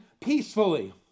peacefully